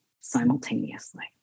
simultaneously